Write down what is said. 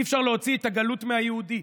אי-אפשר להוציא את הגלות מהיהודי.